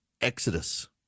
exodus